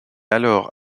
alors